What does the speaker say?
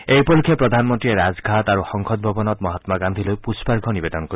এই উপলক্ষে প্ৰধানমন্ত্ৰীয়ে ৰাজঘাট আৰু সংসদ ভৱনত মহামা গান্ধীলৈ পুষ্পাৰ্ঘ্য নিৱেদন কৰিব